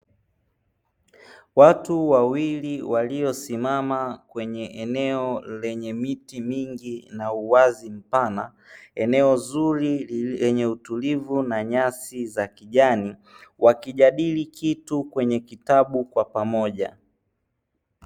Watu wawili waliosimama kwenye eneo lenye miti mingi na uwazi mpana. Eneo zuri lenye utulivu na nyasi za kijani, wakijadili kitu kwenye kitabu kwa pamoja.